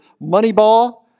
Moneyball